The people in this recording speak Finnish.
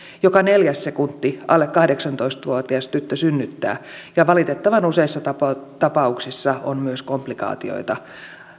joka neljäs sekunti alle kahdeksantoista vuotias tyttö synnyttää ja valitettavan useissa tapauksissa tapauksissa on myös komplikaatioita